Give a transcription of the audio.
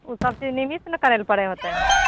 ओ सभचीज निमितसँ ने करै लऽ पड़ै होएतै